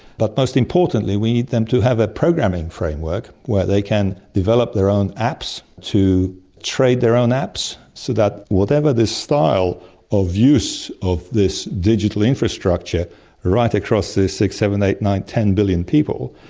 but most importantly we need them to have a programming framework where they can develop their own apps, to trade their own apps, so that whatever the style of use of this digital infrastructure right across the six, seven, eight, nine, ten billion people,